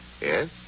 Yes